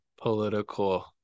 political